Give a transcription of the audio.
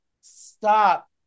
Stop